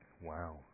Wow